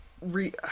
re